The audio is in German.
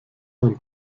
ein